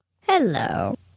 Hello